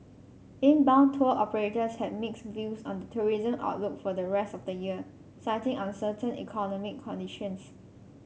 inbound tour operators had mixed views on the tourism outlook for the rest of the year citing uncertain economic conditions